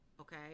Okay